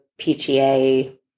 PTA